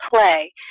play